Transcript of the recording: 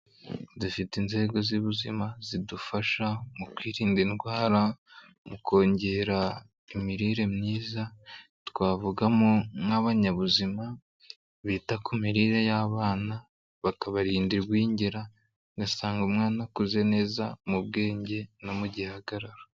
Dufite inzego z'ubuzima zidufasha mu kwirinda indwara mu kongera imirire myiza twavugamo nk'abanyabuzima bita ku mirire y'abana bakabarinda igwingira usanga umwana yakuze neza mu bwenge no mu gihagararo.